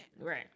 Right